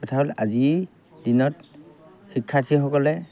কথা হ'ল আজিৰ দিনত শিক্ষাৰ্থীসকলে